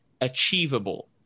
achievable